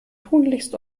tunlichst